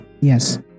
yes